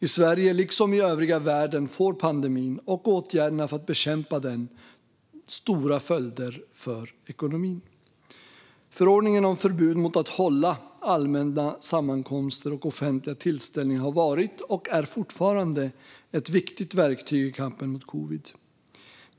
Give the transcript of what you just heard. I Sverige liksom i övriga världen får pandemin, och åtgärderna för att bekämpa den, dock stora följder för ekonomin. Förordningen om förbud mot att hålla allmänna sammankomster och offentliga tillställningar har varit, och är fortfarande, ett viktigt verktyg i kampen mot covid.